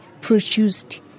produced